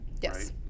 Yes